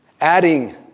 Adding